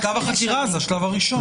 שלב החקירה זה השלב הראשון.